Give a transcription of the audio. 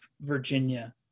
Virginia